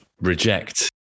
reject